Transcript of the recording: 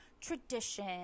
tradition